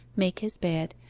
make his bed,